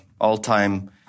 all-time